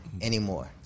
anymore